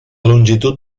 longitud